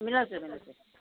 मिलाउँछु मिलाउँछु